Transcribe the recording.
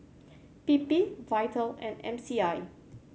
P P Vital and M C I